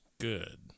good